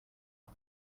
این